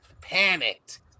panicked